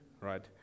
right